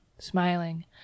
Smiling